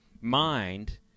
mind